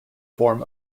form